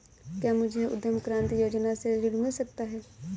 क्या मुझे उद्यम क्रांति योजना से ऋण मिल सकता है?